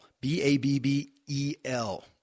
B-A-B-B-E-L